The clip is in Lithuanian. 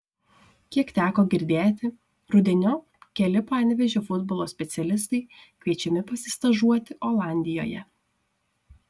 kiek teko girdėti rudeniop keli panevėžio futbolo specialistai kviečiami pasistažuoti olandijoje